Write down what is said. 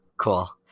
Cool